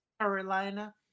Carolina